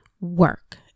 work